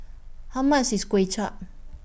How much IS Kway Chap